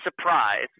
surprise